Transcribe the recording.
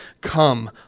Come